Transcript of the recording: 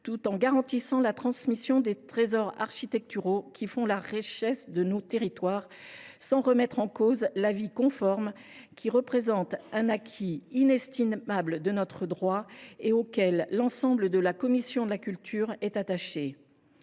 tout en garantissant la transmission des trésors architecturaux qui font la richesse de nos territoires, sans remettre en cause l’avis conforme, acquis inestimable de notre droit, auquel l’ensemble de la commission de la culture est attaché.